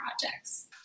projects